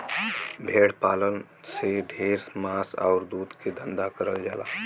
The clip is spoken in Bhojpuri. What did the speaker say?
भेड़ पालन से ढेर मांस आउर दूध के धंधा करल जाला